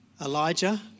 Elijah